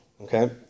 Okay